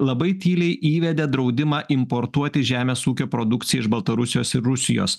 labai tyliai įvedė draudimą importuoti žemės ūkio produkciją iš baltarusijos ir rusijos